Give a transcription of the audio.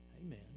Amen